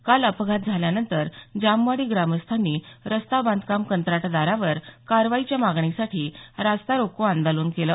काल अपघात झाल्यानंतर जामवाडी ग्रामस्थांनी रस्ता बांधकाम कंत्राटदारावर कारवाईच्या मागणीसाठी रस्ता रोको आंदोलन केलं